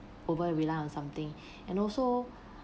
over-rely on something and also